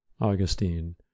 Augustine